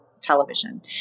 television